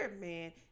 man